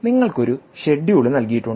നിങ്ങൾക്ക് ഒരു ഷെഡ്യൂൾ നൽകിയിട്ടുണ്ട്